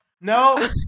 No